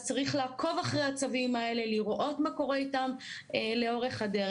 אז צריך לעקוב אחרי הצווים האלה ולראות מה קורה איתם לאורך הדרך.